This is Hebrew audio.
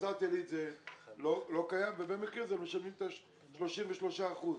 בנצרת עילית זה לא קיים ובעמק יזרעאל משלמים את ה-33 אחוזים.